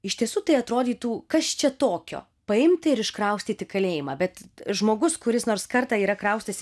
iš tiesų tai atrodytų kas čia tokio paimti ir iškraustyti kalėjimą bet žmogus kuris nors kartą yra kraustęs